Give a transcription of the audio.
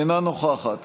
אינה נוכחת